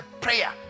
prayer